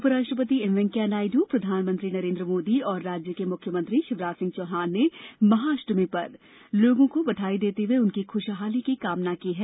उपराष्ट्रपति एम वैंकैया नायडू प्रधानमंत्री नरेंद्र मोदी और राज्य के मुख्यमंत्री शिवराज सिंह चौहान ने महाअष्टमी पर लोगों को बधाई देते हुए उनकी खुशहाली की कामना की हैं